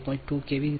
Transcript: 2 કેવી